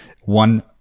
one